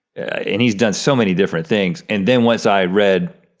and he's done so many different things. and then once i read,